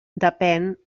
depèn